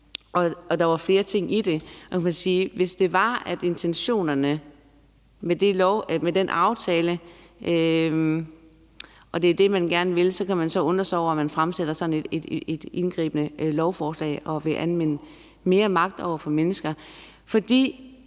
og der var flere ting i det. Man kan sige, at hvis det var intentionerne med den aftale og det er det, man gerne vil, kan man så undre sig over, at man fremsætter sådan et indgribende lovforslag og vil anvende mere magt over for mennesker. For